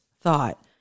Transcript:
thought